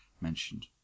mentioned